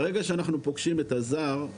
ברגע שאנחנו פוגשים את הזר,